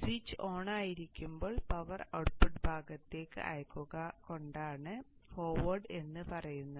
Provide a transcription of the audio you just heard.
switch ഓണായിരിക്കുമ്പോൾ power output ഭാഗത്തേക്ക് അയക്കുന്നത് കൊണ്ടാണ് ഫോർവേഡ് എന്ന് പറയുന്നത്